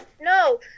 No